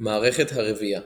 מערכת הרבייה